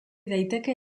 daiteke